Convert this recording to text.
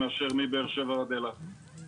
שגם להם אין כלום.